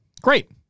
Great